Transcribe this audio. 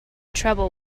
trouble